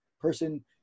person